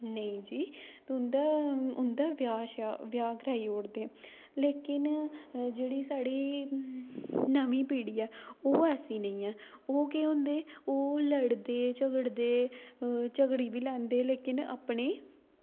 नेईं जी तुं'दा उंदा ब्याह् श्याह् ब्याह् कराई ओड़दे लेकिन जेह्ड़ी साढ़ी नमीं पीढ़ी ऐ ओह् ऐसी नेईं ऐ ओह् केह् होंदे ओह् लड़दे झगड़दे ओह् झगड़ी बी लैंदे लेकिन अपनी